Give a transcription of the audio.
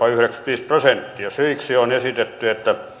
yhdeksänkymmentäviisi prosenttia syiksi on esitetty